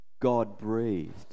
God-breathed